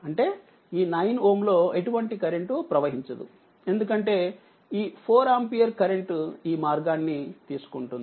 అంటే ఈ 9Ω లో ఎటువంటి కరెంట్ ప్రవహించదు ఎందుకంటేఈ 4 ఆంపియర్ కరెంట్ ఈ మార్గాన్ని తీసుకుంటుంది